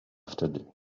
wtedy